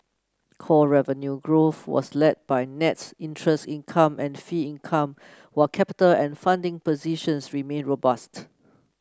core revenue growth was led by net interest income and fee income while capital and funding positions remain robust